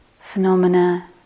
phenomena